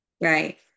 Right